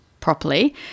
properly